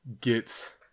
get